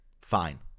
Fine